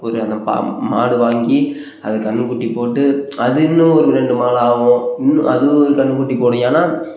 ஒரு அந்த பா மாடு வாங்கி அது கன்னுக்குட்டி போட்டு அது இன்னும் ஒரு ரெண்டு மாடு ஆகும் இன்னும் அது ஒரு கன்னுக்குட்டி போடும் ஏன்னா